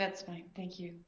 that's fine thank you